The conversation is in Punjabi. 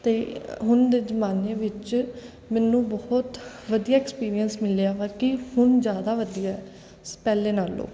ਅਤੇ ਹੁਣ ਦੇ ਜ਼ਮਾਨੇ ਵਿੱਚ ਮੈਨੂੰ ਬਹੁਤ ਵਧੀਆ ਐਕਸਪੀਰੀਅਸ ਮਿਲਿਆ ਬਲਕਿ ਹੁਣ ਜ਼ਿਆਦਾ ਵਧੀਆ ਪਹਿਲਾਂ ਨਾਲੋਂ